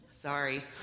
Sorry